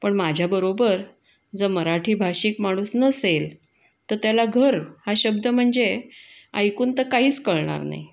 पण माझ्याबरोबर जर मराठी भाषिक माणूस नसेल तर त्याला घर हा शब्द म्हणजे ऐकून तर काहीच कळणार नाही